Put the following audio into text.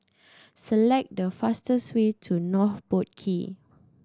select the fastest way to North Boat Quay